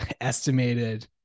Estimated